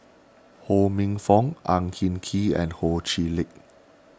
Ho Minfong Ang Hin Kee and Ho Chee Lick